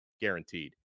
guaranteed